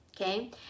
Okay